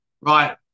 right